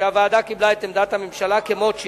שבו הוועדה קיבלה את עמדת הממשלה כמות שהיא.